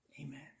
Amen